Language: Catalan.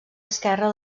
esquerra